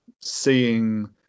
seeing